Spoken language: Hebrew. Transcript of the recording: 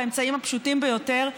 באמצעים הפשוטים ביותר,